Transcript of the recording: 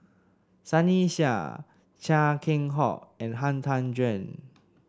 Sunny Sia Chia Keng Hock and Han Tan Juan